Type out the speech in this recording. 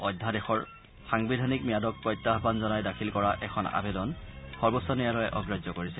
অধ্যাদেশৰ সাংবিধানিক ম্যাদক প্ৰত্যাহ্বান জনাই দাখিল কৰা এখন আৱেদন সৰ্বোচ্চ ন্যায়ালয়ে অগ্ৰাহ্য কৰিছে